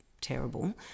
terrible